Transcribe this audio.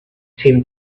tim